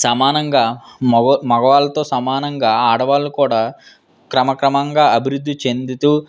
సమానంగా మగవా మగవాళ్ళతో సమానంగా ఆడవాళ్ళు కూడా క్రమక్రమంగా అభివృద్ధి చెందుతు